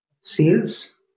Sales